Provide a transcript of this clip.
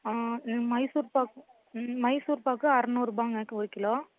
மைசூர்பாக்கு ம் மைசூர்பாக்கு அறநூறுபாங்க ஒரு கிலோ